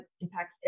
impacts